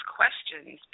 questions